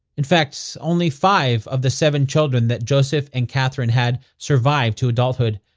in fact, so only five of the seven children that joseph and katherine had survived to adulthood.